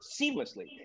seamlessly